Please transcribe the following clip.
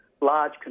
large